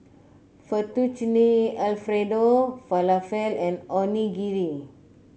Fettuccine Alfredo Falafel and Onigiri